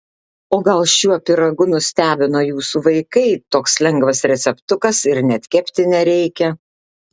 o gal šiuo pyragu nustebino jūsų vaikai toks lengvas receptukas ir net kepti nereikia